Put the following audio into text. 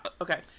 Okay